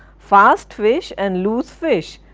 fast-fish and loose-fish,